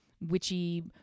witchy